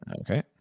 Okay